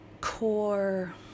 core